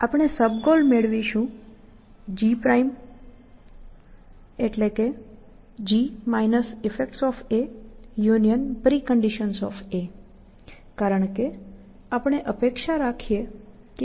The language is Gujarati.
આપણે સબ ગોલ મેળવીશું ggeffectspreconditions કારણ કે આપણે અપેક્ષા રાખીએ કે એક્શન્સ ની ઈફેક્ટ્સ હશે